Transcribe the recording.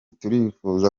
turifuza